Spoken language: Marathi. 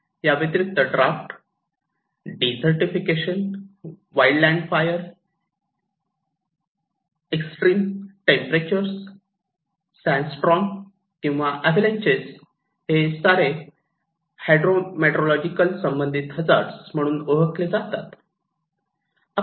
याव्यतिरिक्त drought desertification wild land fire extremes temperature sandstorms किंवा अवलांचेस हे सारे हायड्रोमीट्रोलॉजिकल संबंधित हजार्ड म्हणून ओळखले जातात